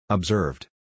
Observed